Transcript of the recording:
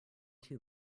two